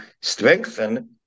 strengthen